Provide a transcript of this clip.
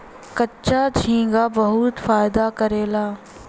कच्चा झींगा बहुत फायदा करेला